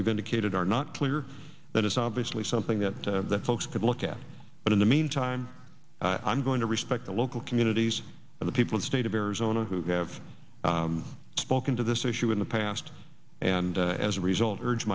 we've indicated are not clear that it's obviously something that folks could look at but in the meantime i'm going to respect the local communities and the people of state of arizona who have spoken to this issue in the past and as a result urge